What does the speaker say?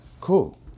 cool